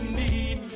need